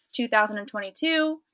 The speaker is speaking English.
2022